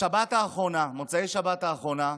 בשבת האחרונה, במוצאי שבת האחרון,